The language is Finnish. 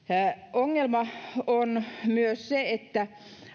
ongelma on myös se että